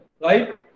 Right